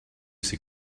c’est